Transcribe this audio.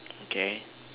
okay